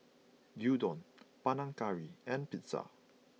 Gyudon Panang Curry and Pizza